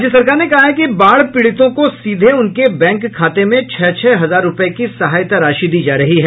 राज्य सरकार ने कहा है कि बाढ़ पीड़ितों को सीधे उनके बैंक खाते में छह छह हजार रूपये की सहायता राशि दी जा रही है